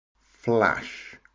Flash